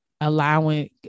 allowing